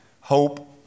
hope